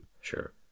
Sure